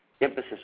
emphasis